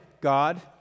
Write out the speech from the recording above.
God